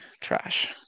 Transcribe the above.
Trash